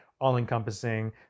all-encompassing